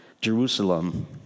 Jerusalem